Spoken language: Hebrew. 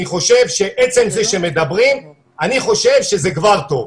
אני חושב שעצם זה שמדברים, אני חושב שזה כבר טוב.